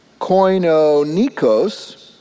koinonikos